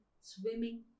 swimming